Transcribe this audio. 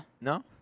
No